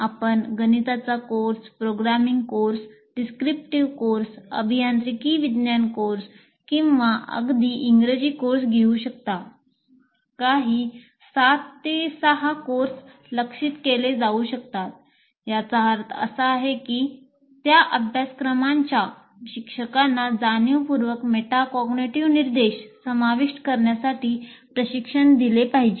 आपण गणिताचा course programming course descriptive course अभियांत्रिकी विज्ञान कोर्स किंवा अगदी इंग्रजी कोर्स घेऊ शकता काही कोर्स लक्ष्यित केले जाऊ शकतात याचा अर्थ असा आहे की त्या अभ्यासक्रमांच्या शिक्षकांना जाणीवपूर्वक मेटाकॉग्निटिव्ह निर्देश समाविष्ट करण्यासाठी प्रशिक्षण दिले पाहिजे